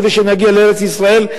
כדי שנגיע לארץ-ישראל,